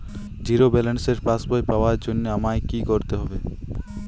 Zero ব্যালেন্সের পাসবই পাওয়ার জন্য আমায় কী করতে হবে?